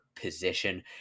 position